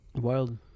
Wild